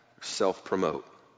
self-promote